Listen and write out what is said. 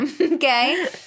okay